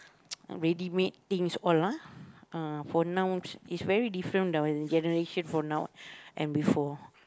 ready made things all lah uh for now it's very different our generation for now and before